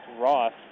Ross